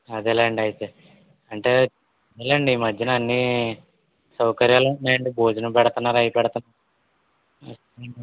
అదేలేండి అయితే అంటే సరేలేండి ఈ మధ్య అన్నీ సౌకర్యాలున్నాయండి భోజనం పెడుతున్నారు అవి పెడుతున్నారు